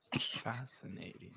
fascinating